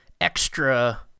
extra